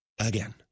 Again